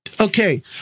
Okay